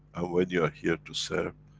and when you are here to serve,